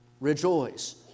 Rejoice